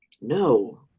No